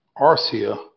Arcia